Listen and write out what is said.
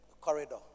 corridor